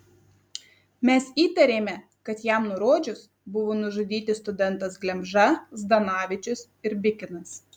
mes įtarėme kad jam nurodžius buvo nužudyti studentas glemža zdanavičius ir bikinas